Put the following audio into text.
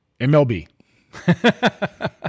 MLB